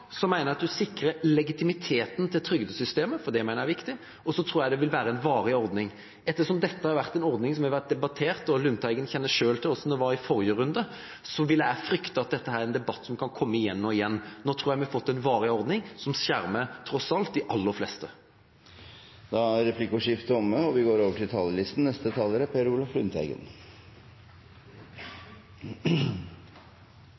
så tror jeg det vil være en varig ordning. Ettersom dette har vært en ordning som har vært debattert, og Lundteigen kjenner selv til hvordan det var i forrige runde, frykter jeg at dette er en debatt som kan komme igjen og igjen. Nå tror jeg vi har fått en varig ordning som tross alt skjermer de aller fleste. Replikkordskiftet er omme. Jeg vil først fremme det forslaget som Senterpartiet er